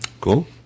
Cool